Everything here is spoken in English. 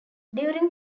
during